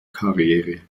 karriere